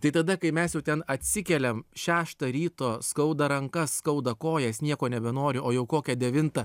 tai tada kai mes jau ten atsikeliam šeštą ryto skauda rankas skauda kojas nieko nebenoriu o jau kokią devintą